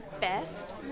Best